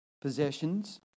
possessions